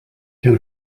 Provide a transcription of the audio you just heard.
can